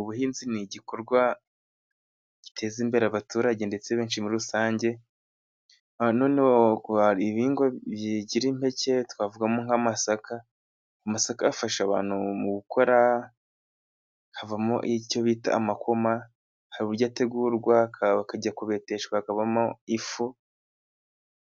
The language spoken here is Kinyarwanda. Ubuhinzi ni igikorwa giteza imbere abaturage, ndetse benshi muri rusange. Noneho, hari ibihingwa bigira impeke twavugamo nk'amasaka. Amasaka afasha abantu mu gukora, havamo icyo bita amakoma. Hari uburyo ategurwa akajya kubeteshwa akavamo ifu